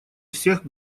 всех